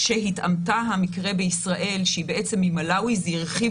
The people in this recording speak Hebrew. כשהתאמתה המקרה בישראל שהיא בעצם ממלאווי זה הרחיב